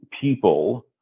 people